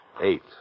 eight